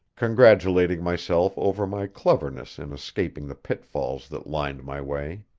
congratulating myself over my cleverness in escaping the pitfalls that lined my way.